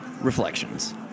Reflections